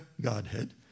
Godhead